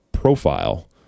profile